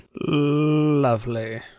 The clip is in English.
Lovely